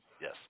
Yes